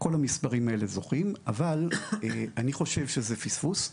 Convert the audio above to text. כל המספרים האלה זוכים אבל אני חושב שזה פספוס.